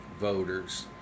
voters